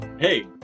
Hey